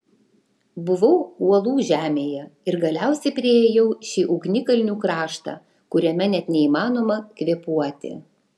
buvau uolų žemėje ir galiausiai priėjau šį ugnikalnių kraštą kuriame net neįmanoma kvėpuoti